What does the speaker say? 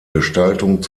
gestaltung